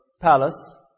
palace